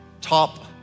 top